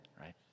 right